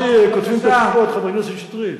גם לי כותבים את התשובות, חבר הכנסת שטרית.